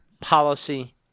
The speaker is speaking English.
policy